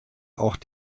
auch